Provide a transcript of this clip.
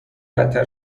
بدتر